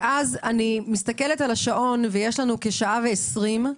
יש לנו כשעה ו-20.